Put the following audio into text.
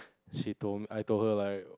she told I told her like